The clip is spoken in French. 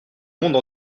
monde